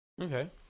okay